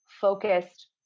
focused